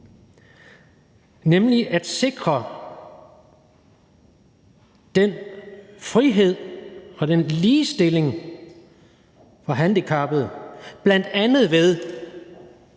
nemlig at sikre den frihed og den ligestilling for handicappede, bl.a. ved